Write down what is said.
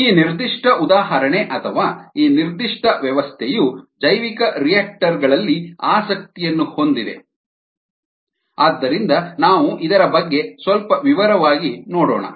ಈ ನಿರ್ದಿಷ್ಟ ಉದಾಹರಣೆ ಅಥವಾ ಈ ನಿರ್ದಿಷ್ಟ ವ್ಯವಸ್ಥೆಯು ಜೈವಿಕರಿಯಾಕ್ಟರ್ ಗಳಲ್ಲಿ ಆಸಕ್ತಿಯನ್ನು ಹೊಂದಿದೆ ಆದ್ದರಿಂದ ನಾವು ಇದರ ಬಗ್ಗೆ ಸ್ವಲ್ಪ ವಿವರವಾಗಿ ನೋಡೋಣ